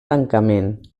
tancament